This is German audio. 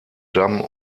dame